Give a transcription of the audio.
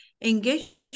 engage